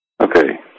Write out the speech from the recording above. Okay